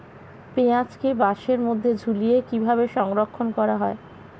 পেঁয়াজকে বাসের মধ্যে ঝুলিয়ে কিভাবে সংরক্ষণ করা হয়?